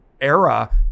era